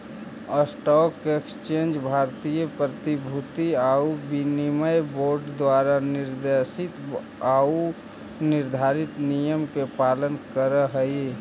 stock exchange भारतीय प्रतिभूति आउ विनिमय बोर्ड द्वारा निर्देशित आऊ निर्धारित नियम के पालन करऽ हइ